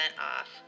off